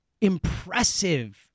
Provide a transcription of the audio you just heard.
impressive